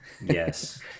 Yes